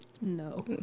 no